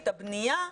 הבנייה,